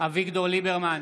אביגדור ליברמן,